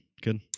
Good